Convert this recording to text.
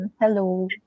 Hello